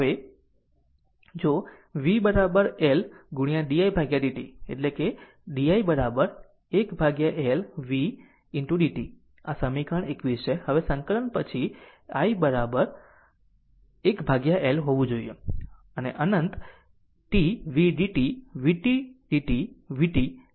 હવે જો v L didt એટલે કે લખો di 1L v dt આ સમીકરણ 21 છે હવે સંકલન પછી I 1 L હોવું જોઈએ અનંત t v dt vt dt vt એ આ સમીકરણ 22 છે